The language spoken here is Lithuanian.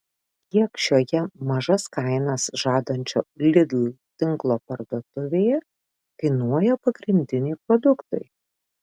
kiek šioje mažas kainas žadančio lidl tinklo parduotuvėje kainuoja pagrindiniai produktai